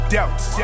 Doubts